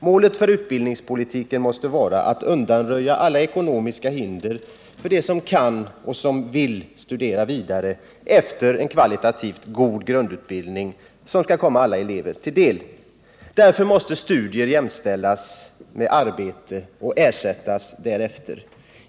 Målet för utbildningspolitiken måste vara att undanröja alla ekonomiska hinder för dem som kan och vill studera vidare efter en kvalitativt god grundutbildning, som skall komma alla elever till del. Därför måste studier jämställas med arbete och ersättas därefter.